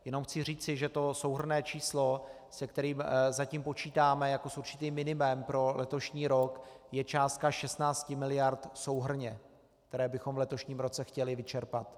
Jenom chci říci, že to souhrnné číslo, se kterým zatím počítáme jako s určitým minimem pro letošní rok, je částka 16 mld. souhrnně, které bychom v letošním roce chtěli vyčerpat.